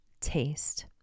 taste